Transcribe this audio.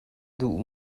duh